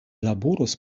laboros